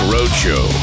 Roadshow